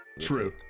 true